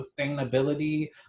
sustainability